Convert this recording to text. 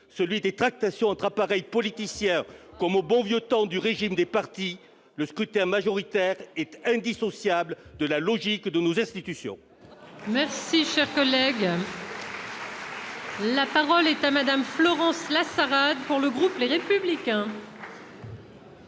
celui des tractations entre appareils politiciens comme « au bon vieux temps » du régime des partis. Le scrutin majoritaire est indissociable de la logique de nos institutions. La parole est à Mme Florence Lassarade, pour le groupe Les Républicains.